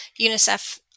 unicef